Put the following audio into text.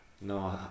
No